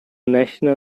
national